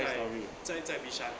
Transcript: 在在 bishan